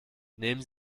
nehmen